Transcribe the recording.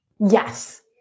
Yes